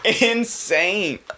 insane